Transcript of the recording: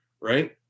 right